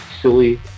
silly